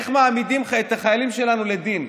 איך מעמידים את החיילים שלנו לדין,